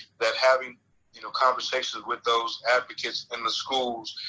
that having you know conversations with those advocates in the schools,